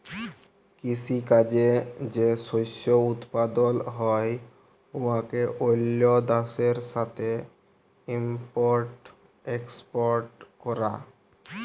কিসি কাজে যে শস্য উৎপাদল হ্যয় উয়াকে অল্য দ্যাশের সাথে ইম্পর্ট এক্সপর্ট ক্যরা